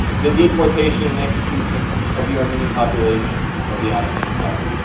the deportation and execution of the armenian population of the ottoman empire.